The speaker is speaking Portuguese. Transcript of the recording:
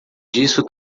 disso